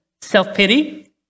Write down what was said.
Self-pity